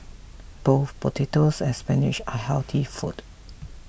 both potatoes and spinach are healthy foods